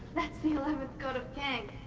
that's the eleventh code of kang.